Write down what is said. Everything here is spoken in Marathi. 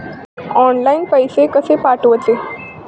ऑनलाइन पैसे कशे पाठवचे?